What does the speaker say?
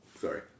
Sorry